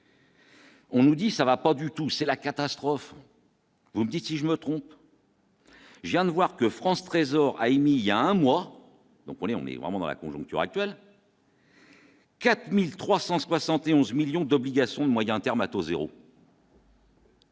On nous dit ça va pas du tout, c'est la catastrophe. Vous me dites si je me trompe. Jeanne devoir que France Trésor a émis il y a un mois, donc on est, on est vraiment dans la conjoncture actuelle. 4371 millions d'obligations de moyens termes à taux 0.